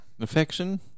affection